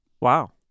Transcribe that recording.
Wow